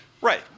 Right